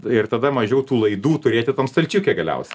ir tada mažiau tų laidų turėti tam stalčiuke galiausia